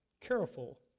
careful